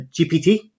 GPT